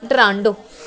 Toronto